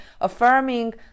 affirming